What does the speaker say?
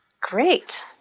Great